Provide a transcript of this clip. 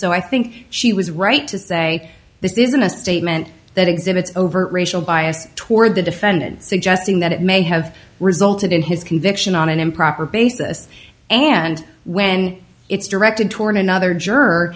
so i think she was right to say this isn't a statement that exhibits overt racial bias toward the defendant suggesting that it may have resulted in his conviction on an improper basis and when it's directed toward another juror